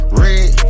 red